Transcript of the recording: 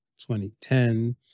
2010